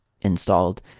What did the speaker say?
installed